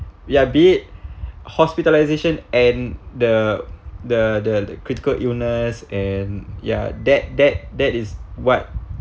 ya be it hospitalisation and the the the critical illness and ya that that that is what